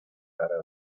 rara